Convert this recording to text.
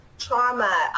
trauma